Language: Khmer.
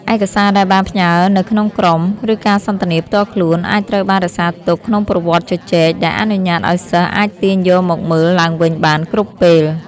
ឯកសារដែលបានផ្ញើរនៅក្នុងក្រុម ឬការសន្ទនាផ្ទាល់ខ្លួន អាចត្រូវបាន រក្សាទុក ក្នុងប្រវត្តិជជែក ដែលអនុញ្ញាតឲ្យសិស្សអាចទាញយកមកមើលឡើងវិញបានគ្រប់ពេល។